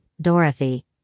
Dorothy